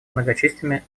многочисленными